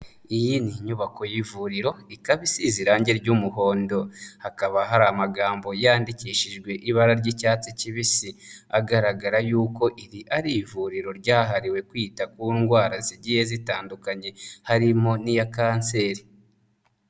Iyi ni inyubako y'ivuriro, ikaba isize irange ry'umuhondo, hakaba hari amagambo yandikishijwe ibara ry'icyatsi kibisi, agaragara y'uko iri ari ivuriro ryahariwe kwita ku ndwara zigiye zitandukanye, harimo n'iya kanseri.